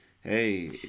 hey